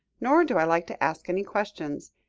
nor do i like to ask any questions.